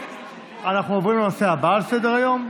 אנחנו עוברים לנושא הבא על סדר-היום,